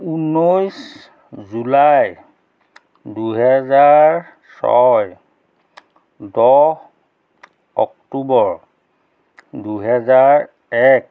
ঊনৈছ জুলাই দুহেজাৰ ছয় দহ অক্টোবৰ দুহেজাৰ এক